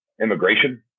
immigration